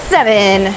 Seven